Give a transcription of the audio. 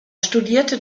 studierte